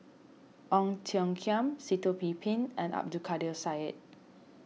Ong Tiong Khiam Sitoh Yih Pin and Abdul Kadir Syed